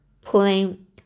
plain